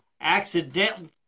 accidentally